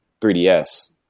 3DS